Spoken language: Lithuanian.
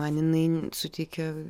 man jinai suteikia